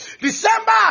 december